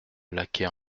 laquais